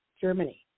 Germany